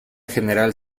general